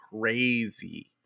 crazy